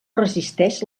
resisteix